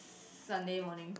Sunday morning